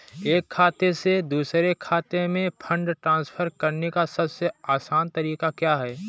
एक खाते से दूसरे खाते में फंड ट्रांसफर करने का सबसे आसान तरीका क्या है?